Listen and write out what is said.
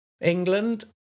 England